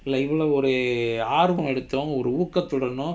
இல்ல இவளவு ஒரு ஆர்வோ எடுத்து ஒரு ஊக்கத்துடனும்:illa ivalavu oru aarvo eduthu oru ukathudanum